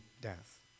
death